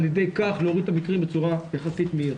ידי כך להוריד את המקרים בצורה יחסית מהירה.